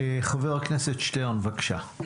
חבר הכנסת שטרן, בבקשה.